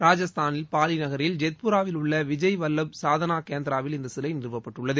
ராஜஸ்தானின் பாலி நகரில் ஜெத்புராவில் உள்ள விஜய் வல்லப சாதனா கேந்திராவில் இந்த சிலை நிறுவப்பட்டுள்ளது